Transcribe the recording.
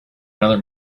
another